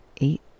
Eight